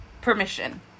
permission